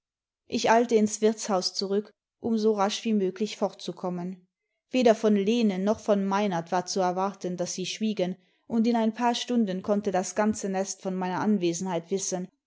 ich eilte ins wirtshaus zurück imi so rasch wie möglich fortzukommen weder von lene noch von meinert war zu erwarten daß sie schwiegen und in ein paar stunden konnte das ganze nest von meiner anwesenheit wissen